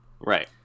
Right